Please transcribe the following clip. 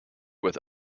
with